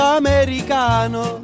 americano